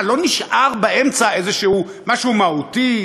מה, לא נשאר באמצע איזשהו משהו מהותי?